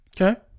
Okay